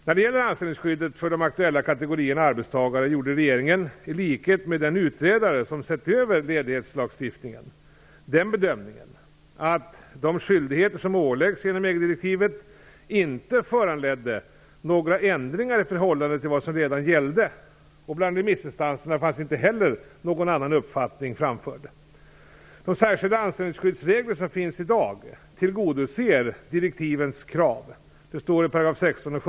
När det gäller anställningsskyddet för de aktuella kategorierna arbetstagare gjorde regeringen - i likhet med den utredare som sett över ledighetslagstiftningen - den bedömningen att de skyldigheter som åläggs genom EG-direktivet inte föranledde några ändringar i förhållande till vad som redan gällde. Bland remissinstanserna fanns inte heller någon annan uppfattning. De särskilda anställningsskyddsregler som finns i dag tillgodoser direktivets krav.